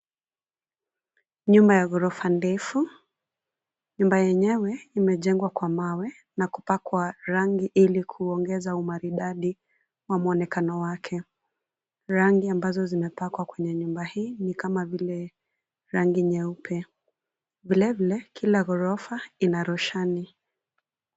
Nyumba ya ghorofa ndefu. Nyumba yenyewe imejengwa kwa mawe na kupakwa rangi ili kuongeza umaridadi wa mwonekano wake. Rangi ambazo zimepakwa kwenye nyumba hii ni kama vile rangi nyeupe. Vile, vile kila ghorofa ina roshani.